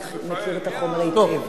מכיר את החומר היטב.